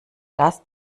das